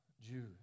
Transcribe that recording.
Jews